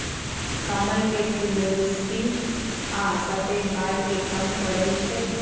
कमल के फूल रुस्सी आ सफेद बाल के कम करई छई